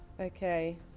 okay